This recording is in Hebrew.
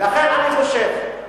לכן אני חושב,